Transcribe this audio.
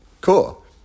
Cool